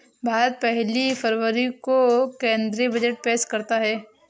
भारत पहली फरवरी को केंद्रीय बजट पेश करता है